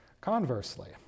conversely